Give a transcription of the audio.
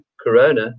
corona